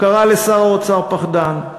קראה לשר האוצר פחדן.